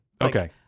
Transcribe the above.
Okay